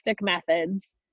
methods